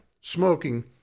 smoking